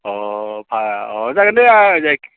अह फा अह जागोनदे आह